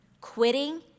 Quitting